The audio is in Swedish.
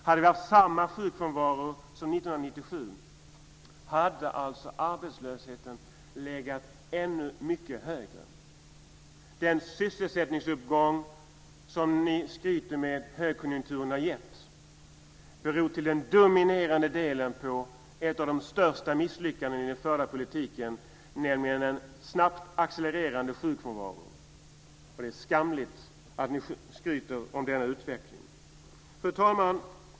Hade vi haft samma sjukfrånvaro som 1997 hade alltså arbetslösheten legat ännu mycket högre. Den sysselsättningsuppgång som ni skryter med att högkonjunkturen har gett beror till den dominerande delen på ett av de största misslyckandena i den förda politiken, nämligen den snabbt accelererande sjukfrånvaron. Det är skamligt att ni skryter om denna utveckling. Fru talman!